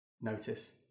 notice